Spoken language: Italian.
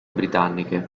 britanniche